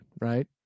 right